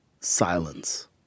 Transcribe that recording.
Silence